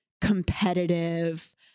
competitive